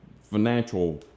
financial